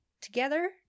together